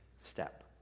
step